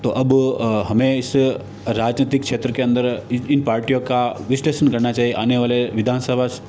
तो अब हमें इस राजनैतिक क्षेत्र के अंदर इन पार्टियों का विश्लेषण करना चाहिए आने वाले विधानसभा